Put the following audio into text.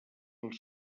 els